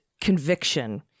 conviction